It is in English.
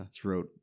throughout